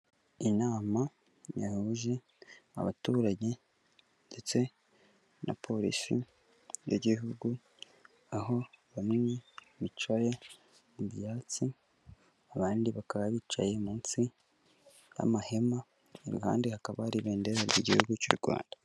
Inama yahuje abaturage ndetse na polisi y'igihugu aho bamwe bicaye mu byatsi abandi bakaba bicaye munsi y'amahema iruhande hakaba hari ibendera ry'igihugu cy'u Rwanda.